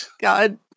god